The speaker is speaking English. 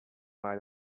might